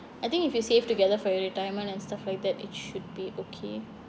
I think if you save together for your retirement and stuff like that it should be okay